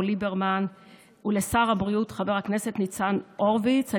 ליברמן ולשר הבריאות חבר הכנסת ניצן הורוביץ.